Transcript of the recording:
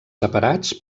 separats